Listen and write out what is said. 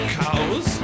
cows